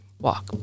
walk